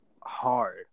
hard